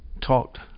talked